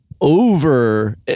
over